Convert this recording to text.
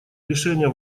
решения